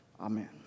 Amen